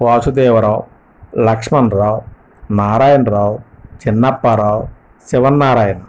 Vasudevarao Lakshmanarao Narayanarao Chinna Apparao Sivannarayana